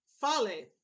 Fale